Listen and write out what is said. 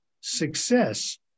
success